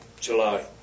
July